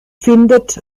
findet